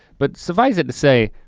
but suffice it to say,